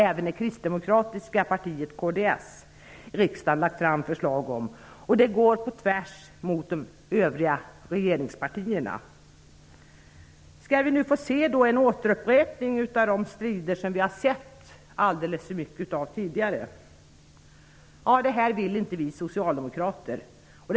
Även det kristdemokratiska partiet, kds, har i riksdagen lagt fram ett sådant förslag, som går på tvärs mot de övriga regeringspartiernas uppfattningar. Skall vi nu få se en återupprepning av de strider som vi har sett alldeles för mycket av tidigare? Vi socialdemokrater vill inte det.